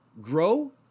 grow